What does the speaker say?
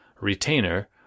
Retainer